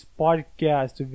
podcast